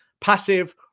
Passive